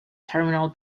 terminal